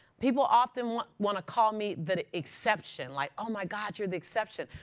people often want want to call me the exception. like, oh my god, you're the exception.